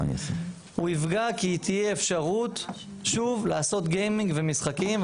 הוא יפגע כי תהיה אפשרות שוב לעשות גיימינג ומשחקים,